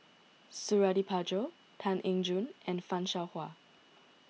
Suradi Parjo Tan Eng Joo and Fan Shao Hua